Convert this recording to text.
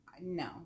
No